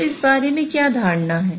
तो इस बारे में क्या धारणा है